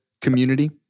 Community